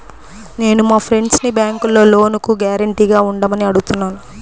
నేను మా ఫ్రెండ్సుని బ్యేంకులో లోనుకి గ్యారంటీగా ఉండమని అడుగుతున్నాను